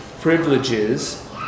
privileges